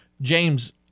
James